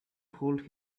hold